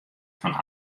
fan